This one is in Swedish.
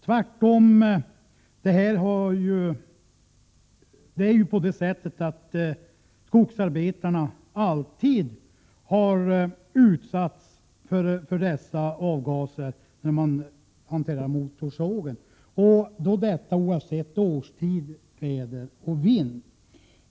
Tvärtom är det på det sättet att skogsarbetarna alltid har utsatts för dessa avgaser när de hanterat motorsågen, oavsett årstid, väder och vind.